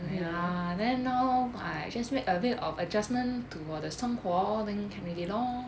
ya then now I just make a bit of adjustment to 我的生活 oh then can already lor